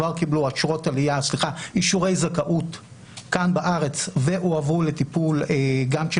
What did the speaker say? כבר קיבלו אישורי זכאות כאן בארץ והועברו לטיפול גם של